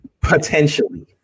potentially